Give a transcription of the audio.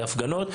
להפגנות,